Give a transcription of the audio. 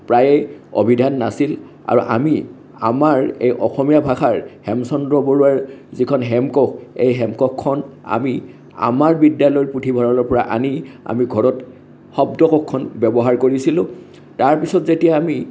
প্ৰায়ে অভিধান নাছিল আৰু আমি আমাৰ এই অসমীয়া ভাষাৰ হেমচন্দ্ৰ বৰুৱাৰ যিখন হেমকোষ এই হেমকোষখন আমি আমাৰ বিদ্যালয়ৰ পুথিভঁৰালৰ পৰা আনি আমি ঘৰত শব্দকোষখন ব্যৱহাৰ কৰিছিলোঁ তাৰপিছত যেতিয়া আমি